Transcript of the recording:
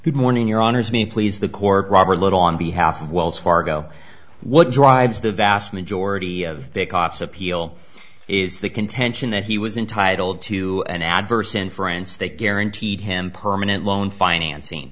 good morning your honors me please the court robber let on behalf of wells fargo what drives the vast majority of big office appeal is the contention that he was entitled to an adverse in france that guaranteed him permanent loan financing